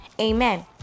Amen